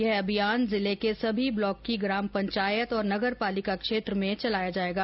यह अभियान जिले के सभी ब्लॉक की ग्राम पंचायत और नगर पालिका क्षेत्र में चलाया जाएगा